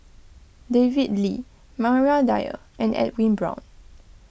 David Lee Maria Dyer and Edwin Brown